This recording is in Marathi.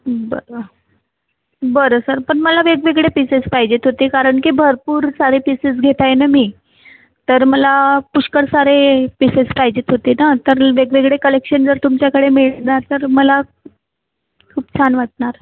बरं बरं सर पण मला वेगवेगळे पीसेस पाहिजे होते कारण की भरपूर सारे पीसेस घेत आहे ना मी तर मला पुष्कळ सारे पीसेस पाहिजे होते ना तर वेगवेगळे कलेक्शन जर तुमच्याकडे मिळणार तर मला खूप छान वाटणार